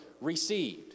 received